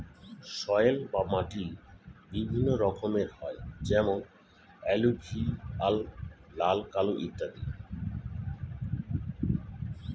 soil বা মাটি বিভিন্ন রকমের হয় যেমন এলুভিয়াল, লাল, কালো ইত্যাদি